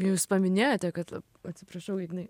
jūs paminėjote kad atsiprašau ignai